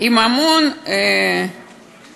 עם המון מספרים